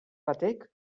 batek